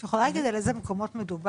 את יכולה להגיד על איזה מקומות מדובר?